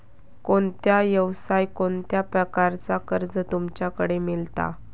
कोणत्या यवसाय कोणत्या प्रकारचा कर्ज तुमच्याकडे मेलता?